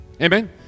amen